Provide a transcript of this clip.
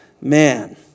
man